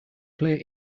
play